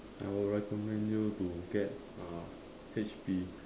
I will recommend you to get uh H_P